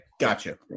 Gotcha